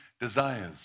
desires